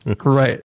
Right